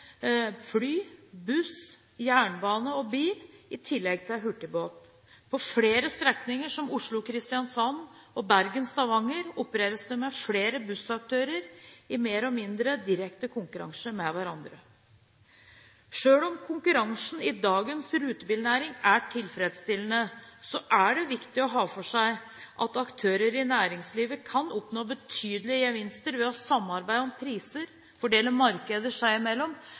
fly, buss, jernbane og bil i tillegg til hurtigbåt. På flere strekninger, som Oslo–Kristiansand og Bergen–Stavanger, opererer det flere bussaktører som er i mer eller mindre direkte konkurranse med hverandre. Selv om konkurransen i dagens rutebilnæring er tilfredsstillende, er det viktig å ha klart for seg at aktører i næringslivet kan oppnå betydelige gevinster ved å samarbeide om priser, fordele markeder seg imellom